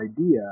idea